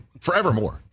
Forevermore